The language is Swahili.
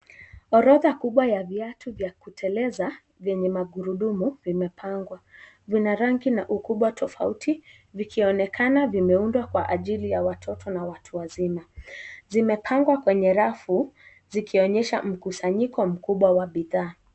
Orodha kubwa la viatu vya kuteleza venye magurudumu vimepangwa vina rangi na ukubwa tofauti vikionekana vimeundwa kwa ajili ya watoto na watu wazima. Zimepangwa kwenye rafu zikionyesha ukusanyiko mkubwa wa bidhaa.